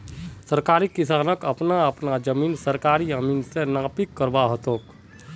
सभी किसानक अपना अपना जमीन सरकारी अमीन स नापी करवा ह तेक